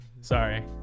Sorry